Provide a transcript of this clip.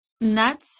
nuts